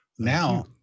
Now